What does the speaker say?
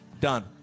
Done